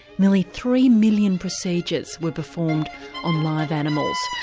nearly three million procedures were performed on live animals.